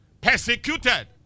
Persecuted